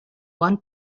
one